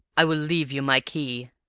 i will leave you my key,